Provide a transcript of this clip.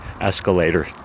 escalator